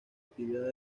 actividad